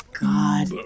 God